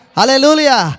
Hallelujah